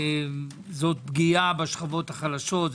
זו פגיעה בשכבות החלשות.